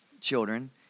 children